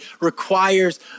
requires